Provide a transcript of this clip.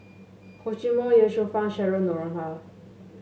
Hor Chim Or Ye Shufang Cheryl Noronha